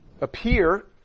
appear